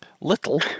little